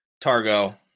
Targo